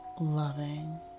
loving